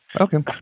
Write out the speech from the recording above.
Okay